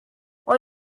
what